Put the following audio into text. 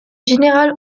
général